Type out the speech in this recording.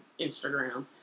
Instagram